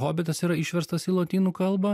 hobitas yra išverstas į lotynų kalbą